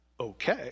Okay